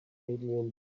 adrian